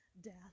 death